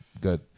good